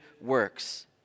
works